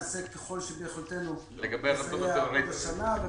נעשה ככל שביכולתנו לסייע עוד השנה.